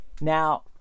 now